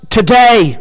today